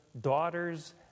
daughters